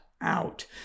out